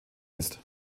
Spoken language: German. ist